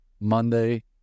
Monday